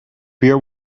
beer